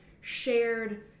shared